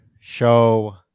show